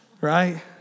Right